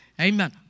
Amen